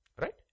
Right